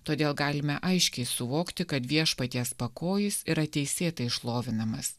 todėl galime aiškiai suvokti kad viešpaties pakojis yra teisėtai šlovinamas